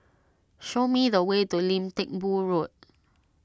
show me the way to Lim Teck Boo Road